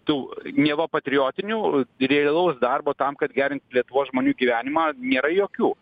tų neva patriotinių ir realaus darbo tam kad gerint lietuvos žmonių gyvenimą nėra jokių